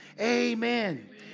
amen